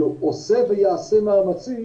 עושה ויעשה מאמצים